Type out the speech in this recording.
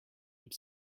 but